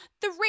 Three